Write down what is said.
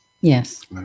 Yes